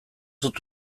dut